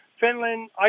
Finland